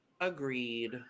Agreed